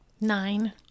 Nine